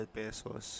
pesos